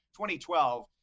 2012